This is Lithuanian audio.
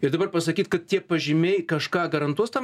ir dabar pasakyt kad tie pažymiai kažką garantuos tam